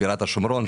בירת השומרון,